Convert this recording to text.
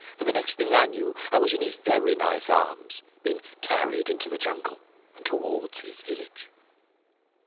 for the next thing i knew, i was in his very nice arms, being carried into the jungle and towards his village.